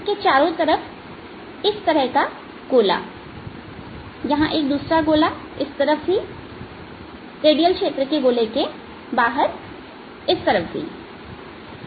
इसके चारों तरफ इस तरह का एक गोला यहां एक दूसरा गोला इस तरफ भी है रेडियल क्षेत्र के गोले के बाहर इस तरफ भी